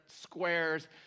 squares